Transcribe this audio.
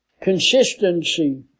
consistency